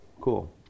Cool